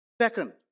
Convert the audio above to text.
Second